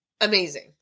Amazing